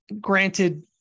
Granted